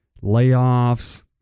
layoffs